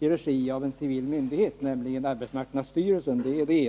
under en civil myndighet, nämligen arbetsmarknadsstyrelsen.